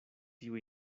tiu